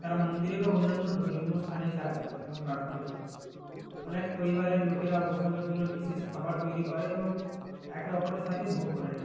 তারা মন্দিরে বা অন্যান্য ধর্মীয় স্থানে যায় এবং প্রার্থনা করে অনেক পরিবারের লোকেরা উৎসবের জন্য বিশেষ খাবার তৈরি করে এবং একে অপরের সাথে ভাগ করে নেয়